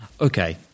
Okay